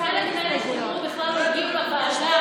חלק בכלל לא הגיעו לוועדה.